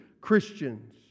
Christians